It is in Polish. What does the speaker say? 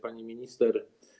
Pani Minister!